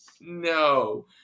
No